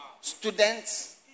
students